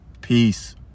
peace